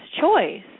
choice